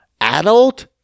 adult